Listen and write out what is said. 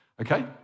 Okay